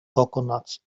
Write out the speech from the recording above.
coconuts